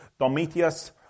Domitius